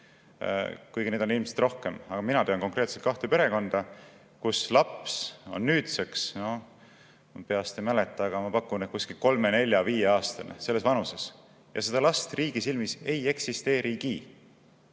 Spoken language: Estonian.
kuigi neid on ilmselt rohkem, aga mina tean konkreetselt kahte perekonda, kus laps on nüüdseks, ma peast ei mäleta, aga ma pakun, et kuskil kolme-, nelja-, viieaastane, selles vanuses, ja seda last riigi silmis ei eksisteeri.